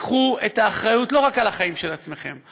תיקחו את האחריות לא רק על החיים של עצמכם.